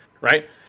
right